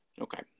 okay